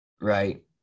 Right